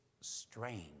strange